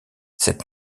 cette